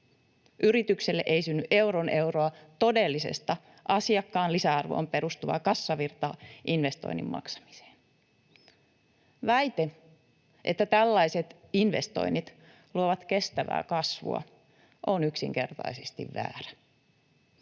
Yritykselle ei synny euron euroa todellista asiakkaan lisäarvoon perustuvaa kassavirtaa investoinnin maksamiseen. Väite, että tällaiset investoinnit luovat kestävää kasvua, on yksinkertaisesti väärä.